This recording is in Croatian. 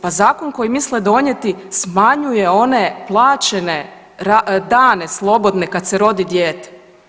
Pa zakon koji misle donijeti smanjuje one plaćene dane slobodne kad se rodi dijete.